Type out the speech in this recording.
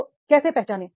तो कैसे पहचाने